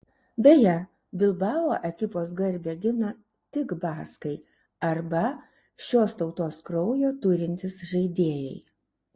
beje bilbao ekipos garbę gina tik baskai arba šios tautos kraujo turintys žaidėjai